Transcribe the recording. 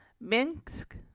Minsk